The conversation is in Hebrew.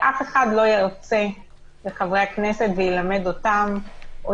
ואף אחד לא ירצה לחברי הכנסת וילמד אותם או